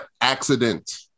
accident